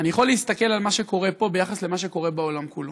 אני יכול להסתכל על מה שקורה פה ביחס למה שקורה בעולם כולו.